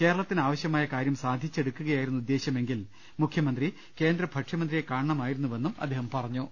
കേരളത്തിന് ആവശ്യമായ കാര്യം സാധിച്ചെടുക്കുകയായിരുന്നു ഉദ്ദേശൃമെങ്കിൽ മുഖൃമന്ത്രി കേന്ദ്ര ഭക്ഷ്യമന്ത്രിയെ കാണണമായിരുന്നുവെന്നും അദ്ദേഹം പറഞ്ഞു